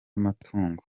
amatungo